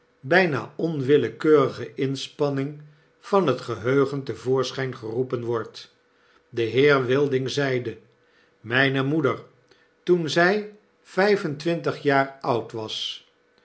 bijna onwillekeurige inspanning van het geheugen te voorschyn geroepen wordt de heer wilding zeide myne moeder toen zy vyf en twintig jaar oud was